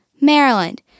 Maryland